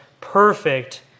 perfect